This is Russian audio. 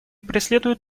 преследует